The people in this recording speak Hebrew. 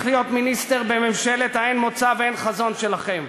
להיות מיניסטר בממשלת האין-מוצא ואין-חזון שלכם.